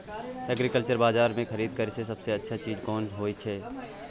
Agriculture बाजार में खरीद करे से सबसे अच्छा चीज कोन होय छै?